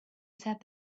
said